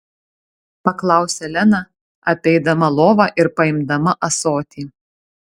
paklausė lena apeidama lovą ir paimdama ąsotį